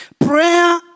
prayer